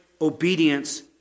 obedience